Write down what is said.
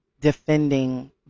defending